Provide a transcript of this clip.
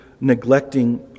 neglecting